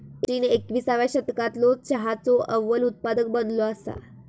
चीन एकविसाव्या शतकालो चहाचो अव्वल उत्पादक बनलो असा